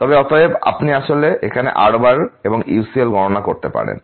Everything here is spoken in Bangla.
তবে অতএব আপনি আসলে এখানে R এবং UCL গণনা করতে পারেন